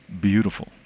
beautiful